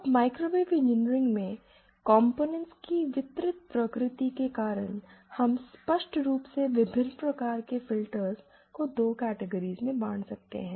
अब microwave engineering में components की वितरित प्रकृति के कारण हम स्पष्ट रूप से विभिन्न प्रकार के फिल्टर्स को 2 कैटेगरी में बांट सकते हैं